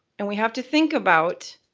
and we have to think about